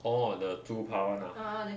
orh the 猪扒 [one] ah